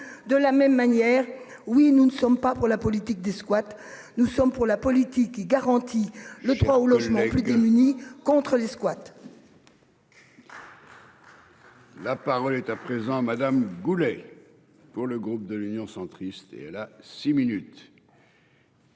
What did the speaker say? de la même manière. Oui, nous ne sommes pas pour la politique des squats. Nous sommes pour la politique qui garantit le droit au logement plus démunis contre les squats. La parole est à présent Madame Goulet. Pour le groupe de l'Union centriste et la six minutes.